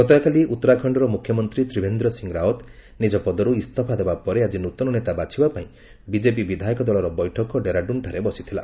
ଗତକାଲି ଉତ୍ତରାଖଣ୍ଡର ମୁଖ୍ୟମନ୍ତ୍ରୀ ତ୍ରିଭେନ୍ଦ୍ର ସିଂ ରାଓ୍ୱତ ନିଜ ପଦରୁ ଇସ୍ତଫା ଦେବା ପରେ ଆଜି ନୂତନ ନେତା ବାଛିବା ପାଇଁ ବିଜେପି ବିଦାୟକ ଦଳର ବୈଠକ ଡେରାଡ଼ୁନଠାରେ ବସିଥିଲା